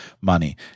money